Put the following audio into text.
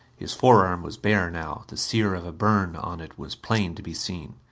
his forearm was bare now the sear of a burn on it was plain to be seen.